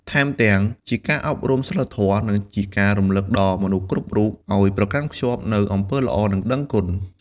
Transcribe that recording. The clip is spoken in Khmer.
ថែមទាំង ជាការអប់រំសីលធម៌ និងជាការរំឭកដល់មនុស្សគ្រប់រូបឲ្យប្រកាន់ខ្ជាប់នូវអំពើល្អ និងដឹងគុណ។